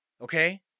Okay